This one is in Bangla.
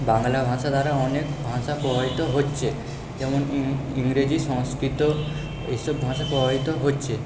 বাংলা ভাষা দ্বারা অনেক ভাষা প্রভাবিত হচ্ছে যেমন ইংরেজি সংস্কৃত এসব ভাষা প্রভাবিত হচ্ছে